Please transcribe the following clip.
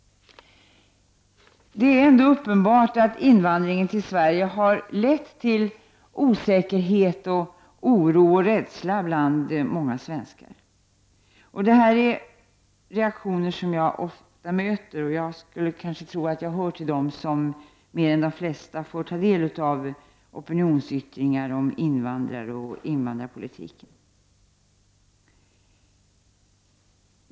Det är ändå uppenbart att invandringen till Sverige har lett till osäkerhet, oro och rädsla bland många svenskar. Det här är reaktioner som jag ofta möter. Jag skulle tro att jag hör till dem som mer än de flesta får ta del av opinionsyttringar om invandrare och invandringspolitiken.